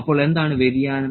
അപ്പോൾ എന്താണ് വ്യതിയാനം